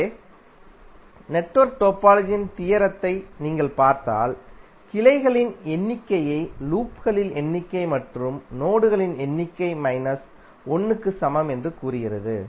எனவே நெட்வொர்க் டோபாலஜியின் தியரத்தை நீங்கள் பார்த்தால் கிளைகளின் எண்ணிக்கை லூப்களின் எண்ணிக்கை மற்றும் நோடுகளின் எண்ணிக்கை மைனஸ் 1 க்கு சமம் என்று கூறுகிறது